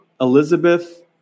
Elizabeth